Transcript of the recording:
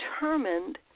determined